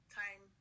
time